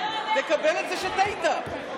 תקבל את זה שטעית.